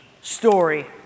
story